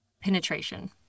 penetration